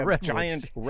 giant